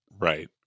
right